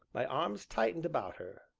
my arms tightened about her,